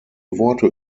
worte